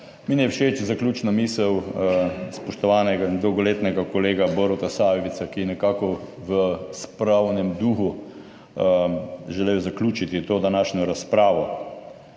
Meni je všeč zaključna misel spoštovanega in dolgoletnega kolega Boruta Sajovica, ki je nekako v spravnem duhu želel zaključiti to današnjo razpravo.